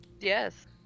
yes